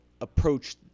approach